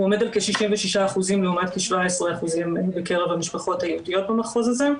הוא עומד על כ-66% לעומת כ-17% מקרב המשפחות היהודיות במחוז הזה,